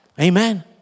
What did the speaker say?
Amen